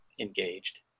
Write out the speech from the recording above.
engaged